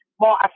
more